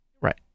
Right